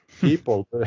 people